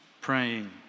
praying